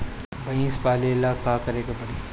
भइसी पालेला का करे के पारी?